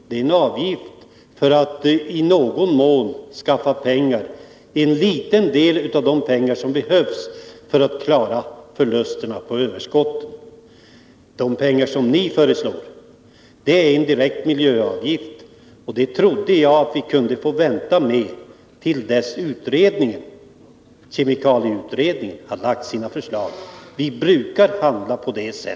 Den är en avgift för att i någon mån skaffa pengar — en liten del av de pengar som behövs för att klara förlusten på överskotten. Den avgift ni föreslår är en direkt miljöavgift. Den trodde jag att vi kunde vänta med tills kemikalieutredningen hade lagt fram sina förslag. Vi brukar handla på det sättet.